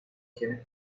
quienes